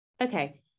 Okay